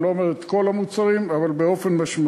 אני לא אומר את כל המחירים, אבל באופן משמעותי.